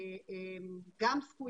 וגם,